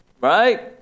Right